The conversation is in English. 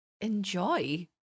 enjoy